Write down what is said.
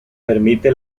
permite